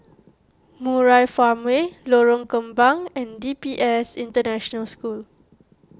Murai Farmway Lorong Kembang and D P S International School